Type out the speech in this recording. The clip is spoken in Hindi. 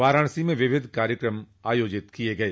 वाराणसी में विविध कार्यक्रम आयोजित किये गये